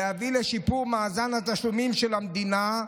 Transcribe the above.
להביא לשיפור מאזן התשלומים של המדינה,